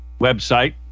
website